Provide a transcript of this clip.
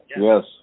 Yes